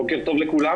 בוקר טוב לכולם.